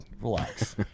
Relax